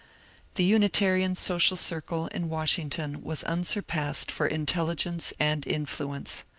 the unitarian social circle in wash ington was unsurpassed for intelligence and influence.